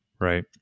right